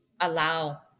allow